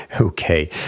okay